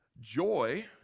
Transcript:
joy